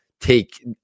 take